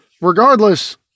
regardless